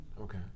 Okay